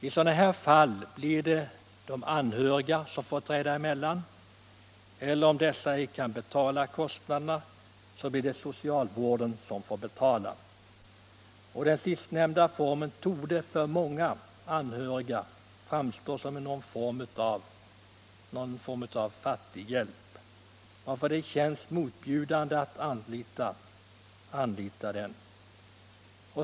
I sådana fall blir det de anhöriga eller — om dessa ej kan betala kostnaderna — socialvården som får betala. Det sistnämnda alternativet torde för många anhöriga framstå som någon form av fattighjälp som känns motbjudande att anlita.